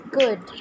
good